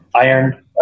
iron